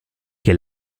che